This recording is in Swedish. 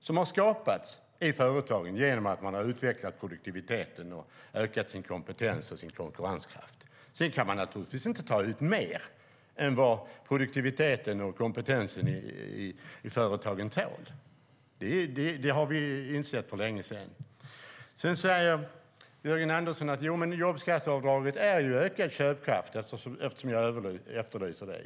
som har skapats i företagen genom att man har utvecklat produktiviteten och ökat sin kompetens och sin konkurrenskraft. Sedan kan man naturligtvis inte ta ut mer än vad produktiviteten och kompetensen i företagen tål. Det har vi insett för länge sedan. Sedan säger Jörgen Andersson att jobbskatteavdraget ger ökad köpkraft, eftersom vi efterlyser det.